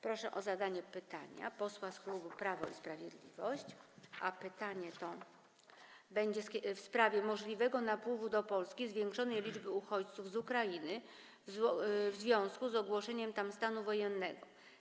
Proszę o zadanie pytania posłów z klubu Prawo i Sprawiedliwość, a pytanie będzie w sprawie możliwego napływu do Polski zwiększonej liczby uchodźców z Ukrainy w związku z ogłoszeniem tam stanu wojennego.